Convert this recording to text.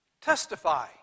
testify